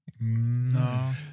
No